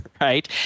Right